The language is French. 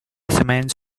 semaine